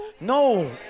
no